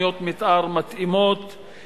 ותוכניות מיתאר מתאימות,